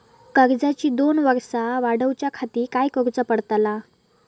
कर्जाची दोन वर्सा वाढवच्याखाती काय करुचा पडताला?